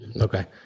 Okay